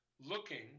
looking